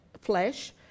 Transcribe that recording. flesh